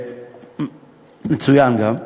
מצוין גם.